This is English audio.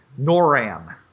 Noram